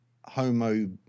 homo